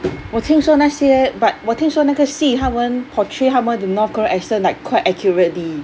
我听说那些 but 我听说那个戏他们 portray 他们的 north korean accent like quite accurately